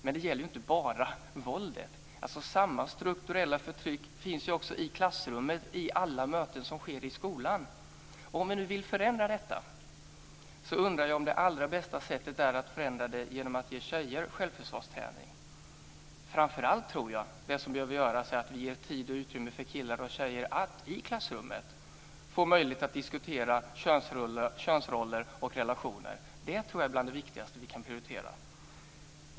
Men det gäller ju inte bara våldet. Samma strukturella förtryck finns också i klassrummet och i alla möten som sker i skolan. Om vi nu vill förändra detta så undrar jag om det allra bästa sättet är att ge tjejer självförsvarsträning. Framför allt tror jag att det som behöver göras är att vi ger tid, utrymme och möjlighet för killar och tjejer att i klassrummet få diskutera könsroller och relationer. Det tror jag är bland det viktigaste som vi kan prioritera.